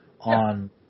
on